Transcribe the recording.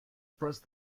pressed